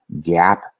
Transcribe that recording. gap